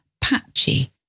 patchy